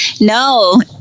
no